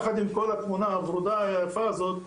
יחד עם כל התמונה הוורודה היפה הזאת,